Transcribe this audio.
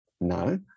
No